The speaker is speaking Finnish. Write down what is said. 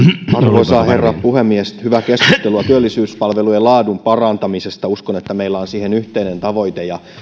arvoisa herra puhemies hyvää keskustelua työllisyyspalvelujen laadun parantamisesta uskon että meillä on siihen yhteinen tavoite ja